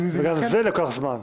וגם זה לוקח זמן.